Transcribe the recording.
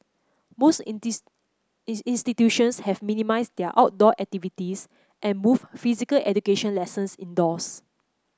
most institutions have minimised their outdoor activities and moved physical education lessons indoors